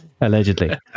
Allegedly